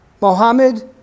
Mohammed